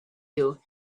you